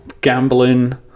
gambling